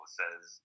says